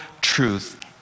truth